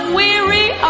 weary